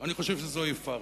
אני חושב שזוהי פארסה.